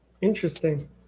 interesting